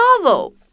novel